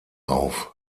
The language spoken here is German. auf